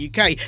UK